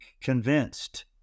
convinced